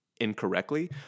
incorrectly